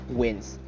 wins